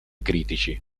critici